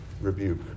rebuke